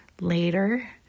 later